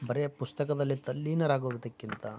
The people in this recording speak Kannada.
ಬರೇ ಪುಸ್ತಕದಲ್ಲಿ ತಲ್ಲೀನರಾಗುವುದಕ್ಕಿಂತ